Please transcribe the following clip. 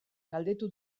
galdetu